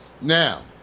now